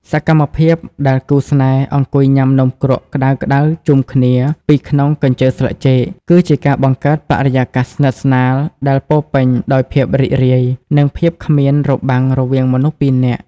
សកម្មភាពដែលគូស្នេហ៍អង្គុយញ៉ាំនំគ្រក់ក្ដៅៗជុំគ្នាពីក្នុងកញ្ជើស្លឹកចេក គឺជាការបង្កើតបរិយាកាសស្និទ្ធស្នាលដែលពោរពេញដោយភាពរីករាយ និងភាពគ្មានរបាំងរវាងមនុស្សពីរនាក់។